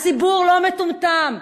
הציבור לא מטומטם.